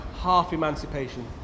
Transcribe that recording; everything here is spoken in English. half-emancipation